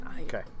okay